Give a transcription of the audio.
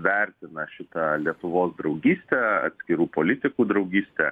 vertina šitą lietuvos draugystę atskirų politikų draugystę